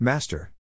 Master